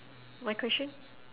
my question